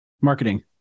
Marketing